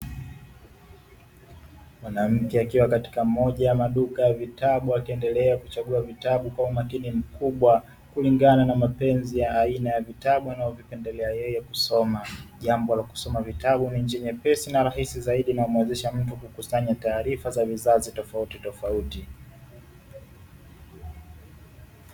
Mwanamke akiwa katika mmoja ya maduka ya vitabu, akiendelea kuchagua vitabu kwa umakini mkubwa kulingana na mapenzi ya aina ya vitabu anavyovipendelea yeye kusoma. Jambo la kusoma vitabu ni njia nyepesi na rahisi zaidi inayomuwezesha mtu kukusanya taarifa za vizazi tofautitofauti.